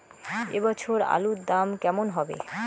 এ বছর আলুর দাম কেমন হবে?